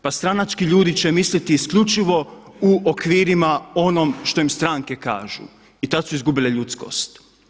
Pa stranački ljudi će misliti isključivo u okvirima onog što im stranke kažu i tad su izgubile ljudskost.